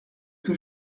que